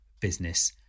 business